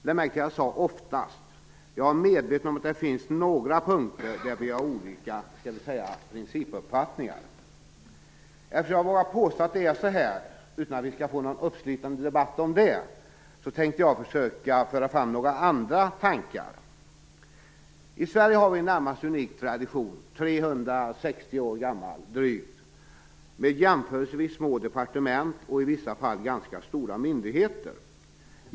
Lägg märke till att jag sade oftast. Jag är medveten om att det finns några punkter där vi har olika, skall vi säga, principuppfattningar. Eftersom jag vågar påstå att det är så här, utan att vi skall få en uppslitande debatt om det, tänkte jag försöka föra framt några andra tankar. I Sverige har vi en närmast unik tradition, drygt 360 år gammal, med jämförelsevis små departement och i vissa fall ganska stora myndigheter.